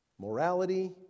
morality